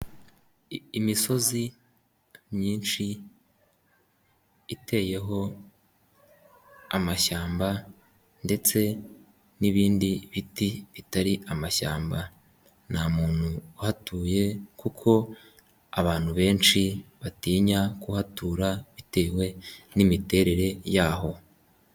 Imisozi myinshi iteyeho amashyamba ndetse n'ibindi biti bitari amashyamba, nta muntu uhatuye kuko abantu benshi batinya kuhatura bitewe n'imiterere yaho.